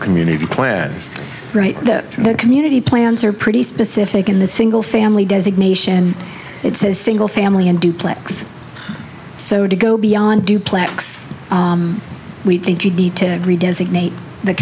community plans that the community plans are pretty specific in the single family designation it's a single family and duplex so to go beyond duplex we think you need to agree designate th